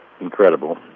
incredible